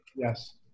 Yes